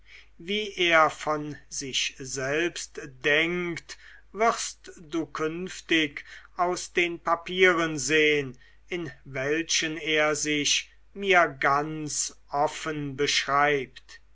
wie er von sich selbst denkt wirst du künftig aus den papieren sehen in welchen er sich mir ganz offen beschreibt